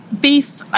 beef